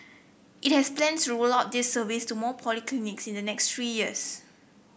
it has plans to roll out this service to more polyclinics in the next three years